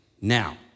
Now